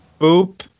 Boop